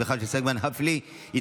טיפול באמצעות אומנויות),